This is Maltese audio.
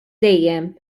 dejjem